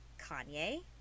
Kanye